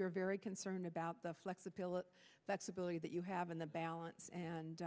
you're very concerned about the flexibility that's ability that you have in the balance and